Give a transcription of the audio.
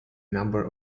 number